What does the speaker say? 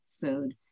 food